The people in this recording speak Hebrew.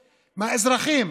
מהאזרחים,